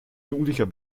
jugendlicher